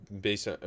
based